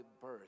birth